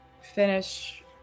finish